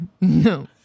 no